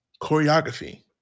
Choreography